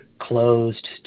closed